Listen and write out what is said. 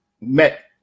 met